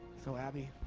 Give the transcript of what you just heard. so abby,